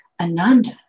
Ananda